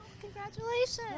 Congratulations